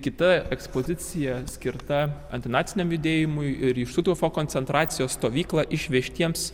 kita ekspozicija skirta antinaciniam judėjimui ir į štuthofo koncentracijos stovyklą išvežtiems